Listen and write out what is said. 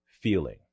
feeling